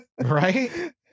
Right